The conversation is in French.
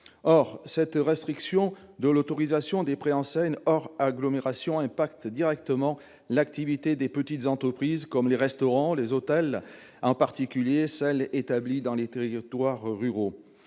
Or cette restriction de l'autorisation des préenseignes hors agglomération a des effets directs sur l'activité de petites entreprises, comme les restaurants et les hôtels, en particulier dans les territoires ruraux.